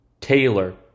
Taylor